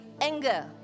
anger